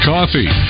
Coffee